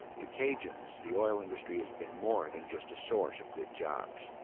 to cajuns, the oil industry has been more than just a source of good jobs.